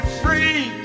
free